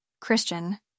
Christian